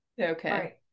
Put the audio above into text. okay